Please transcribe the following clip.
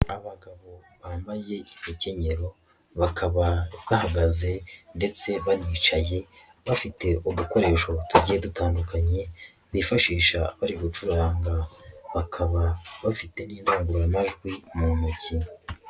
Abagabo bambaye imikenyero, bakaba bahagaze ndetse banicaye, bafite udukoresho tugiye dutandukanye, bifashisha bari gucuranga, bakaba bafite n'indagururamajwi mu ntoki.